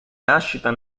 nascita